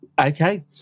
okay